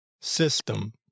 system